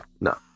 No